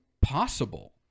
possible